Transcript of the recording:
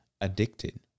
addicted